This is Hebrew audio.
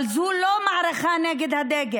אבל זו לא מערכה נגד הדגל,